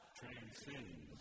transcends